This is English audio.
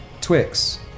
Twix